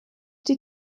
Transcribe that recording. die